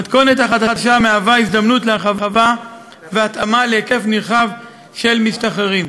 המתכונת החדשה מהווה הזדמנות להרחבה והתאמה להיקף נרחב של משתחררים.